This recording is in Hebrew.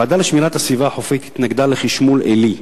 הוועדה לשמירת הסביבה החופית התנגדה לחשמול עילי,